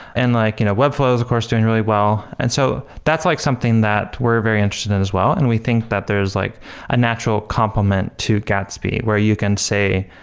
and like you know webflow is of course doing really well. and so that's like something that we're very interested in as well and we think that there is like a natural complement to gatsby where you can say,